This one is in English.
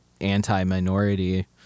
anti-minority